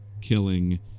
killing